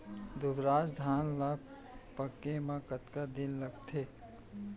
दुबराज धान ला पके मा कतका दिन लगथे?